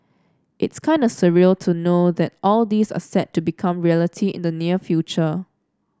it's kind a surreal to know that all this are set to become reality in the near future